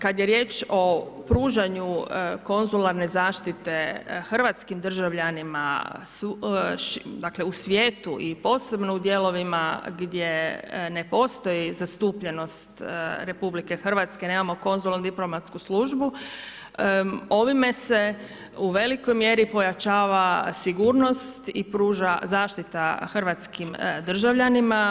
Kad je riječ o pružanju konzularne zaštite hrvatskim državljanima u svijetu i posebno u dijelovima gdje ne postoji zastupljenost RH, nemamo konzularno-diplomatsku službu, ovime se u velikoj mjeri pojačava sigurnost i pruža zaštita hrvatskim državljanima.